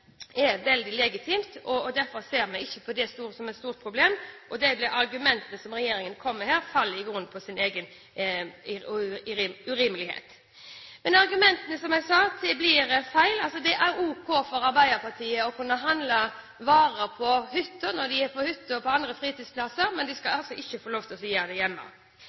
er veldig legitimt. Derfor ser vi ikke på det som et stort problem, og argumentene som regjeringen kommer med her, faller i grunnen på sin egen urimelighet. Som jeg sa, blir argumentene feil. Det er ok for Arbeiderpartiet å kunne handle varer når de er på hytta og andre fritidsplasser, men de skal altså ikke få lov til å gjøre det hjemme.